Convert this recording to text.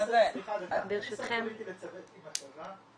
אין ניסיון פוליטי לצוות עם הצבא,